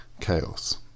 chaos